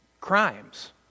crimes